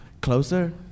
Closer